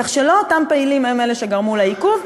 כך שלא אותם פעילים הם אלה שגרמו לעיכוב,